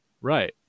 Right